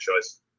choice